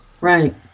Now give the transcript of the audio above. Right